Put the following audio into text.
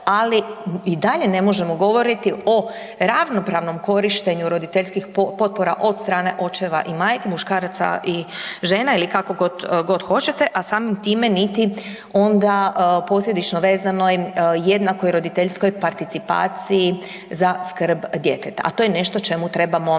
ali i dalje ne možemo govoriti o ravnopravnom korištenju roditeljskih potpora od strane očeva i majke, muškaraca i žena ili kako god hoćete a samim time niti onda posljedično vezano i jednakoj roditeljskoj participaciji za skrb djeteta a to je nešto čemu trebamo težiti.